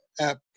app